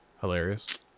Hilarious